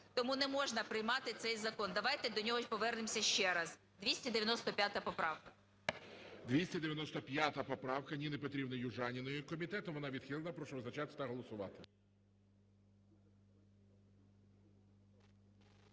Тому не можна приймати цей закон. Давайте до нього повернемося ще раз. 295 поправка. ГОЛОВУЮЧИЙ. 295 поправка Ніни Петрівни Южаніної. Комітетом вона відхилена. Прошу визначатись та голосувати.